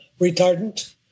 retardant